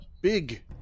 big